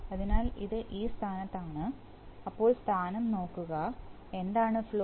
അതിനാൽ ഇത് ഈ സ്ഥാനത്താണ് അപ്പോൾ സ്ഥാനം നോക്കുക എന്താണ് ഫ്ലോ